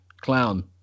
Clown